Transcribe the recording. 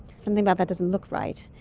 something about that doesn't look right,